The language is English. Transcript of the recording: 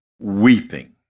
weeping